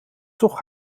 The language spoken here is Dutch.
toch